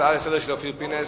ההצעה לסדר-היום של אופיר פינס,